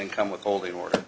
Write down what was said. income withholding or